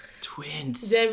twins